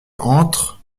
entre